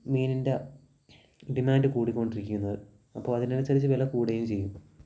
മീനിൻ്റെ ഡിമാൻഡ് കൂടിക്കൊണ്ടിരിക്കുന്നത് അപ്പോള് അതിനനുസരിച്ച് വില കൂടുകയും ചെയ്യും